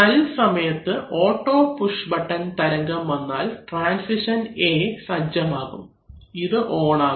തൽ സമയത്ത് auto push button തരംഗം വന്നാൽ ട്രാൻസിഷൻ A സജ്ജമാകും ഇത് ഓൺ ആകും